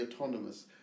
autonomous